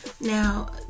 now